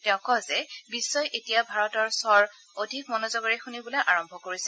তেওঁ কয় যে বিশ্বই এতিয়া ভাৰতৰ স্বৰ অধিক মনোযোগেৰে শুনিবলৈ আৰম্ভ কৰিছে